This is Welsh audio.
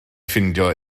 ffeindio